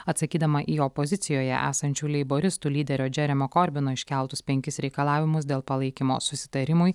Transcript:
atsakydama į opozicijoje esančių leiboristų lyderio džeremio korbino iškeltus penkis reikalavimus dėl palaikymo susitarimui